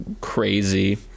crazy